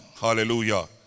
Hallelujah